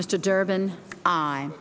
mr durban time